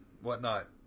whatnot